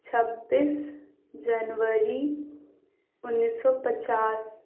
چھبیس جنوری اُنیس سو پچاس